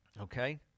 Okay